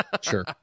Sure